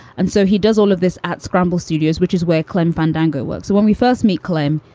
and so he does all of this at scramble studios, which is where klemm fandango works. when we first meet clem,